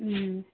ꯎꯝ